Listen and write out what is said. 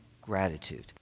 gratitude